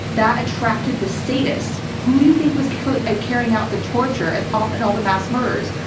that attracted the sadists. who do you think was carrying ah carrying out the torture and ah and all the mass murders?